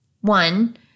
One